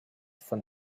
von